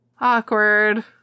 awkward